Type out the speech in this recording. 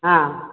ஆ